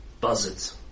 Buzzards